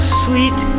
sweet